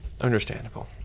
Understandable